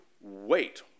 Wait